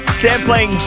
sampling